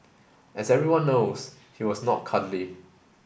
as everyone knows he was not cuddly